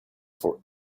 for